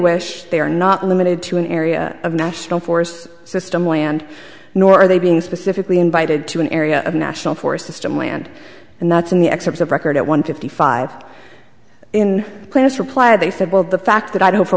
wish they are not limited to an area of national forests system land nor are they being specifically invited to an area of national forest system land and that's in the excerpts of record at one fifty five in class reply they said well the fact that i don't for